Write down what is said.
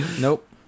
Nope